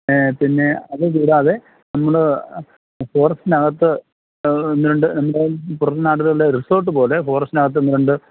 പിന്നെ അത് കൂടാതെ നമ്മൾ ഫോറസ്റ്റിനകത്ത് ഒന്ന് രണ്ട് എന്താണ് പുറംനാടുകളിലെ റിസോർട്ട് പോലെ ഫോറസ്റ്റിനകത്ത് ഒന്ന് രണ്ട്